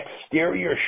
exterior